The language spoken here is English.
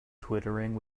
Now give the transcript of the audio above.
twittering